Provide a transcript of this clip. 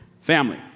family